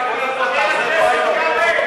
חבר הכנסת כבל,